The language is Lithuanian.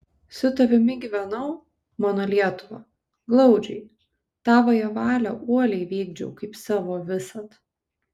su tavimi gyvenau mano lietuva glaudžiai tavąją valią uoliai vykdžiau kaip savo visad